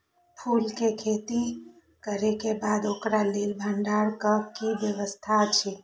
फूल के खेती करे के बाद ओकरा लेल भण्डार क कि व्यवस्था अछि?